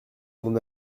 mon